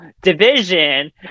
division